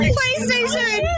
PlayStation